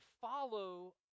follow